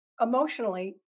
Emotionally